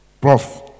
Prof